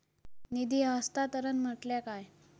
निधी हस्तांतरण म्हटल्या काय?